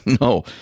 no